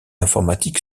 informatique